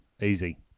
easy